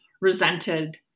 resented